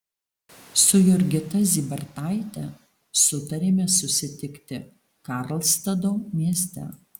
su jurgita zybartaite sutarėme susitikti karlstado mieste